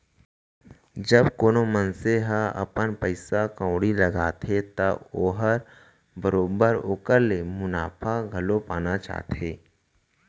जब कोनो मनसे ह अपन पइसा कउड़ी लगाथे त ओहर बरोबर ओकर ले मुनाफा घलौ पाना चाहथे